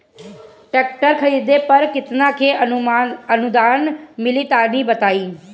Tractor खरीदे पर कितना के अनुदान मिली तनि बताई?